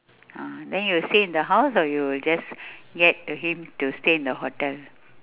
ah then you will stay in the house or you'll just get to him to stay in the hotel